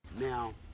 Now